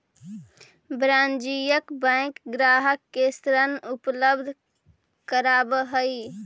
वाणिज्यिक बैंक ग्राहक के ऋण उपलब्ध करावऽ हइ